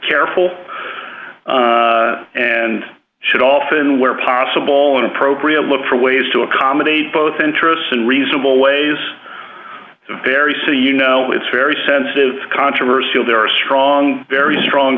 careful and should often where possible and appropriate look for ways to accommodate both interests and reasonable ways to vary so you know it's very sensitive controversial there are strong very strong